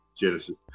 Genesis